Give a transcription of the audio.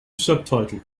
subtitle